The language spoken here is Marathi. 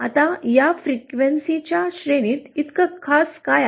आता या फ्रिक्वेन्सीच्या श्रेणीत इतकं खास काय आहे